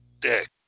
dick